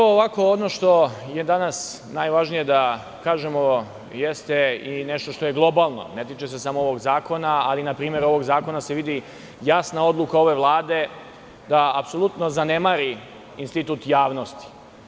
Ono što je danas najvažnije da kažemo jeste i nešto što je globalno, ne tiče se samo ovog zakona, ali iz ovog zakona se vidi jasna odluka ove Vlade da apsolutno zanemari institut javnosti.